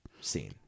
scene